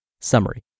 Summary